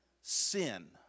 sin